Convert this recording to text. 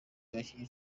abakinnyi